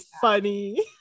funny